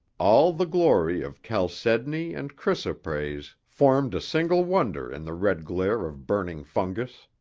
all the glory of chalcedony and chrysoprase formed a single wonder in the red glare of burning fungus.